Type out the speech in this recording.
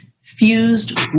fused